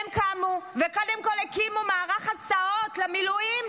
הם קמו וקודם כול הקימו מערך הסעות למילואים,